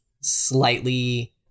Slightly